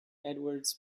edwards